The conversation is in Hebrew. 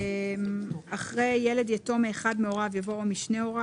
אחרי "מהוריהם" יבוא "הביולוגי או המאמץ".